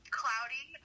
cloudy